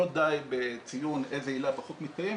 לא די בציון איזה עילה בחוק מתקיימת,